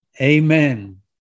Amen